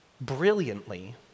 brilliantly